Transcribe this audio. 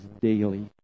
daily